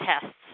tests